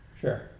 Sure